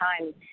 time